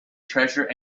treasure